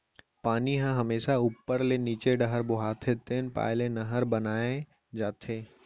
पानी ह हमेसा उप्पर ले नीचे डहर बोहाथे तेन पाय ले नहर बनाए जाथे